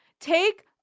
Take